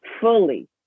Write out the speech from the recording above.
fully